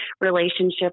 relationship